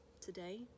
today